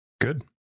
Good